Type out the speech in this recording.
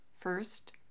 First